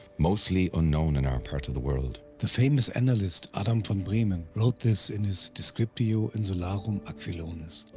mostly unknown in our part of the world. the famous annalist adam from bremen wrote this in his descriptio insularum aquilonis.